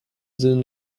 sinn